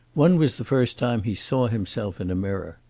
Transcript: one was the first time he saw himself in a mirror.